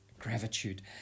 gratitude